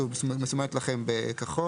שוב, מסומנת לכם בכחול,